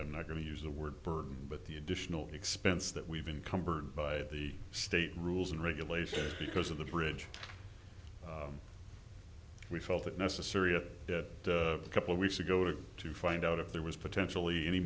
i'm not going to use the word burden but the additional expense that we've uncovered by the state rules and regulations because of the bridge we felt it necessary a couple of weeks ago to to find out if there was potentially any